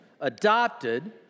adopted